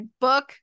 book